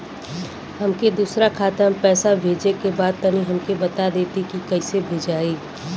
हमके दूसरा खाता में पैसा भेजे के बा तनि हमके बता देती की कइसे भेजाई?